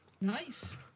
Nice